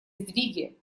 сдвиги